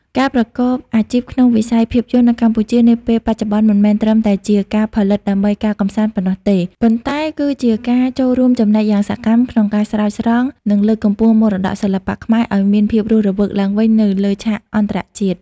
ការប្រកបអាជីពក្នុងវិស័យភាពយន្តនៅកម្ពុជានាពេលបច្ចុប្បន្ន មិនមែនត្រឹមតែជាការផលិតដើម្បីការកម្សាន្តប៉ុណ្ណោះទេ ប៉ុន្តែគឺជាការចូលរួមចំណែកយ៉ាងសកម្មក្នុងការស្រោចស្រង់ និងលើកកម្ពស់មរតកសិល្បៈខ្មែរឱ្យមានភាពរស់រវើកឡើងវិញនៅលើឆាកអន្តរជាតិ។